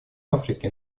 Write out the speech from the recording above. африке